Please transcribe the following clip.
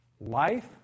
Life